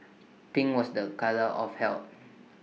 pink was A colour of health